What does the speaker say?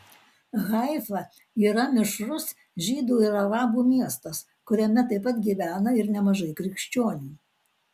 haifa yra mišrus žydų ir arabų miestas kuriame taip pat gyvena ir nemažai krikščionių